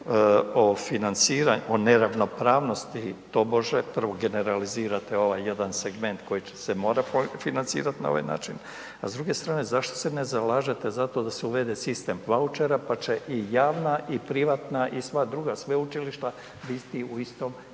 o financiranju, o neravnopravnosti tobože, prvo generalizirate ovaj jedan segment koji će se morat financirat na ovaj način, a s druge strane zašto se ne zalažete za to da se uvede sistem vaučera pa će i javna i privatna i sva druga sveučilišta biti u istom,